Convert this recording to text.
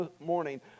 morning